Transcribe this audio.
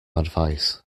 advice